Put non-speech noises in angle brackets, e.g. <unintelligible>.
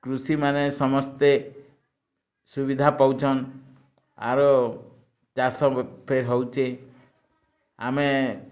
କୃଷି ମାନେ ସମସ୍ତେ ସୁବିଧା ପାଉଛନ୍ ଆରୁ ଚାଷ <unintelligible> ହେଉଛି ଆମେ